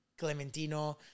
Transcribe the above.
Clementino